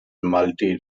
multi